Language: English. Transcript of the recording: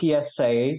PSA